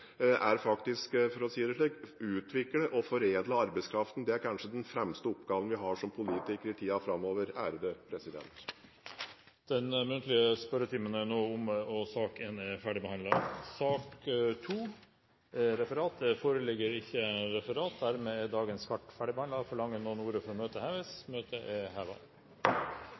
er faktisk å utvikle og foredle arbeidskraften. Det er kanskje den fremste oppgaven vi har som politikere i tiden framover. Den muntlige spørretimen er nå omme. Det foreligger ikke noe referat. Dermed er dagens kart ferdigbehandlet. Forlanger noen ordet før møtet heves? – Møtet er